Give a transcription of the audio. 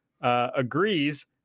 agrees